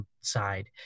side